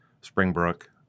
Springbrook